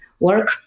work